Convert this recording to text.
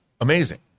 amazing